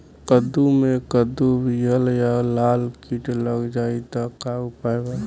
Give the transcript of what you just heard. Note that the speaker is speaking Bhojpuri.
कद्दू मे कद्दू विहल या लाल कीट लग जाइ त का उपाय बा?